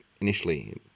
initially